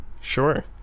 Sure